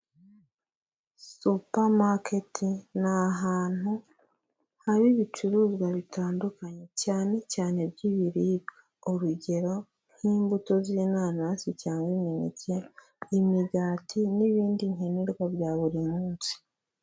Supamaketi ni ahantu haba ibicuruzwa bitandukanye cyane cyane by'ibiribwa, urugero nk'imbuto z'inanasi cyangwa imineke, imigati n'ibindi nkenerwa bya buri munsi.